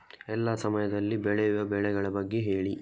ಎಲ್ಲಾ ಸಮಯದಲ್ಲಿ ಬೆಳೆಯುವ ಬೆಳೆಗಳ ಬಗ್ಗೆ ಹೇಳಿ